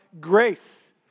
grace